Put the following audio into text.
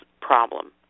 problem